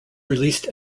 released